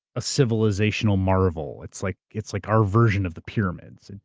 a civilizational marvel. it's like it's like our version of the pyramids.